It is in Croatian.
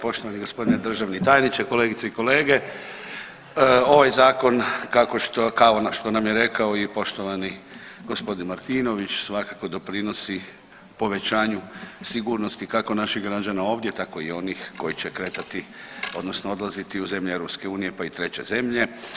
Poštovani gospodine državni tajniče, kolegice i kolege, ovaj zakon kako što, kao što nam je rekao i poštovani gospodin Martinović svakako doprinosi povećanju sigurnosti kako naših građana ovdje tako i onih koji će kretati odnosno odlaziti u zemlje EU pa i treće zemlje.